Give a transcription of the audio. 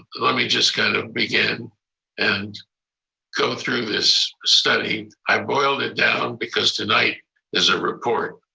let me just kind of begin and go through this study. i boiled it down because tonight is a report,